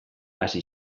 hasi